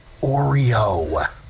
Oreo